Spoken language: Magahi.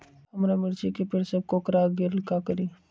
हमारा मिर्ची के पेड़ सब कोकरा गेल का करी?